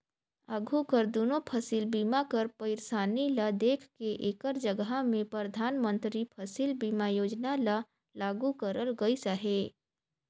आघु कर दुनो फसिल बीमा कर पइरसानी ल देख के एकर जगहा में परधानमंतरी फसिल बीमा योजना ल लागू करल गइस अहे